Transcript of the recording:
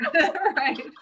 Right